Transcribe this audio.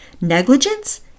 negligence